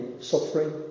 suffering